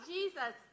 Jesus